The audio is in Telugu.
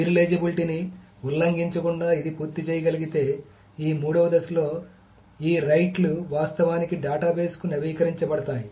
సీరియలైజేబిలిటీని ఉల్లంఘించకుండా ఇది పూర్తి చేయగలిగితే ఈ మూడవ దశలో ఈ రైట్ లు వాస్తవానికి డేటాబేస్కు నవీకరించబడతాయి